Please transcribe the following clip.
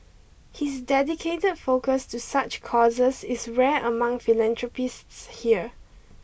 his dedicated focus to such causes is rare among philanthropists here